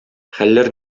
хәлләр